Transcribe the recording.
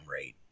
rate